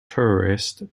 tourist